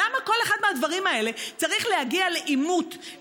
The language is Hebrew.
למה כל אחד מהדברים האלה צריך להגיע לעימות,